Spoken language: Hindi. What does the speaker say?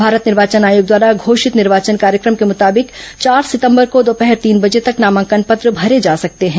भारत निर्वाचन आयोग द्वारा घोषित निर्वाचन कार्यक्रम के मुताबिक चार सितंबर को दोपहर तीन बजे तक नामांकन पत्र भरे जा सकते हैं